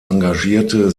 engagierte